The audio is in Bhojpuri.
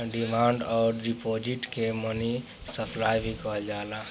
डिमांड अउर डिपॉजिट के मनी सप्लाई भी कहल जाला